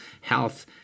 health